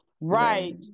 Right